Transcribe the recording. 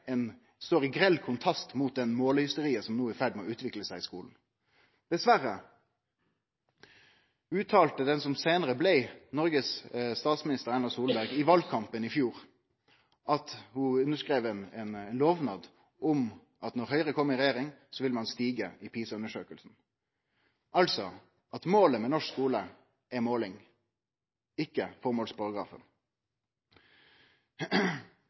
i ferd med å utvikle seg i skulen. Dessverre uttala ho som seinare blei Noregs statsminister, Erna Solberg, i valkampen i fjor – ho underskreiv ein lovnad – at når Høgre kom i regjering, ville ein stige i PISA-undersøkinga. Målet med norsk skule er altså måling, ikkje formålsparagrafen.